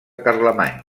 carlemany